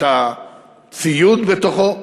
את הציוד בתוכו,